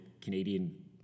Canadian